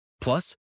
Plus